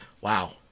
Wow